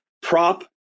prop